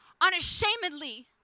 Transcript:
Unashamedly